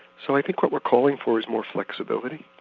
so i think what we're calling for is more flexibility,